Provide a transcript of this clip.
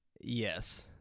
Yes